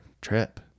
trip